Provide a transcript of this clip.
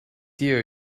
dear